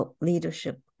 leadership